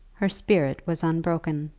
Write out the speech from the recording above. her spirit was unbroken.